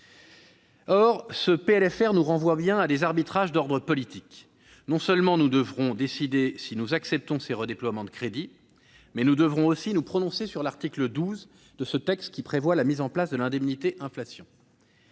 nous renvoie bien à des arbitrages d'ordre politique. Non seulement nous devrons décider si nous acceptons ces redéploiements de crédit, mais nous devrons aussi nous prononcer sur l'article 12, qui met en place l'indemnité inflation.